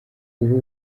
ubu